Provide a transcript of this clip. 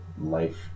life